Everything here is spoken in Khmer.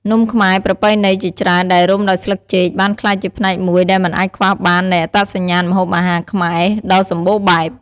នំខ្មែរប្រពៃណីជាច្រើនដែលរុំដោយស្លឹកចេក បានក្លាយជាផ្នែកមួយដែលមិនអាចខ្វះបាននៃ អត្តសញ្ញាណម្ហូបអាហារខ្មែរ ដ៏សម្បូរបែប។